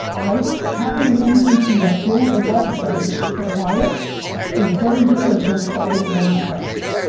right, having an agency that builds websites for clients is very different than starting wordpress.